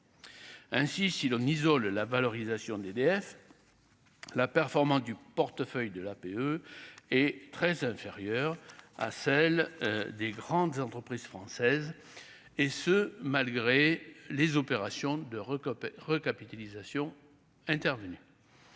ainsi si l'on isole la valorisation d'EDF la performance du portefeuille de l'APE est très inférieure à celle des grandes entreprises françaises, et ce malgré les opérations de recopier recapitalisations intervenues